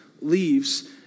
leaves